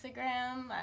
Instagram